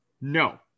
No